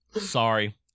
Sorry